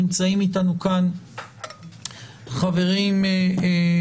נמצאים איתנו כאן חברים ונציגים,